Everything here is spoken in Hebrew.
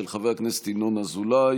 של חבר הכנסת ינון אזולאי,